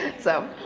so,